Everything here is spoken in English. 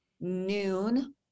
noon